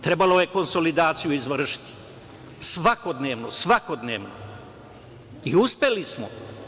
Trebalo je konsolidaciju izvršiti, svakodnevnu, svakodnevno, i uspeli smo.